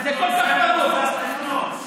כחלון, זה מבוסס תכנון.